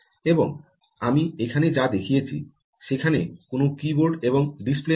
এবং আমি এখানে যা দেখিয়েছি সেখানে কোনও কী বোর্ড এবং ডিসপ্লে নেই